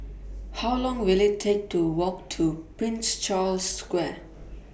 How Long Will IT Take to Walk to Prince Charles Square